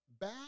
back